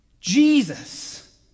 Jesus